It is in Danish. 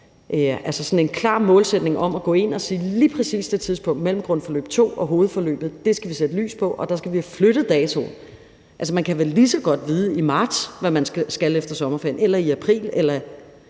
en klar målsætning om at gå ind og sige, at lige præcis det tidspunkt mellem grundforløb 2 og hovedforløbet skal vi sætte lys på, og der skal vi have flyttet datoen. Altså, man kan vel lige så godt vide i marts, i april, i maj eller i juni, hvad